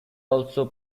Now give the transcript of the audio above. also